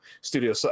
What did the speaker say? studio